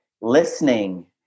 listening